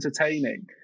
entertaining